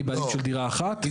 אני בעלים של דירה אחת --- לא.